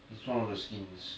it's one of the skins